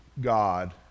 God